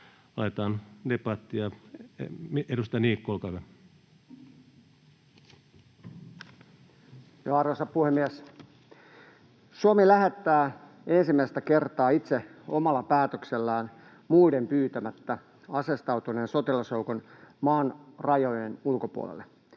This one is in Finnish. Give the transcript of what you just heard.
Aloitetaan debatti. — Edustaja Niikko, olkaa hyvä. Arvoisa puhemies! Suomi lähettää ensimmäistä kertaa itse omalla päätöksellään muiden pyytämättä aseistautuneen sotilasjoukon maan rajojen ulkopuolelle.